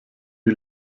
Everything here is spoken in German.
die